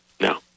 No